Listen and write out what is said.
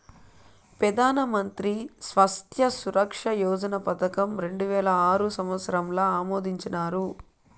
పెదానమంత్రి స్వాస్త్య సురక్ష యోజన పదకం రెండువేల ఆరు సంవత్సరంల ఆమోదించినారు